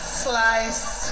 slice